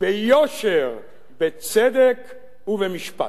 ביושר, בצדק ובמשפט.